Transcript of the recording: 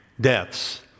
deaths